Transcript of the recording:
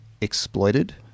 exploited